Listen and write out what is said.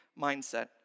mindset